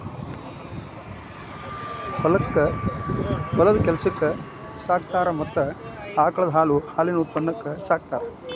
ಹೊಲದ ಕೆಲಸಕ್ಕು ಸಾಕತಾರ ಮತ್ತ ಆಕಳದ ಹಾಲು ಹಾಲಿನ ಉತ್ಪನ್ನಕ್ಕು ಸಾಕತಾರ